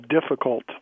difficult